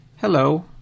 hello